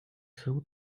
suits